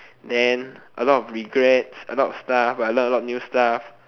then a lot of regrets a lot stuff a lot a lot new stuff